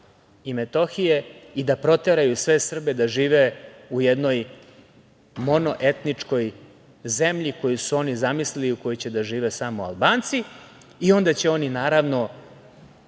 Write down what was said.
i Metohije i da proteraju sve Srbe, da žive u jednoj monoetničkoj zemlji koju su oni zamislili u kojoj će da žive samo Albanci. Onda će oni naravno